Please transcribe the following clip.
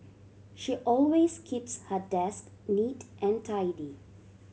she always keeps her desk neat and tidy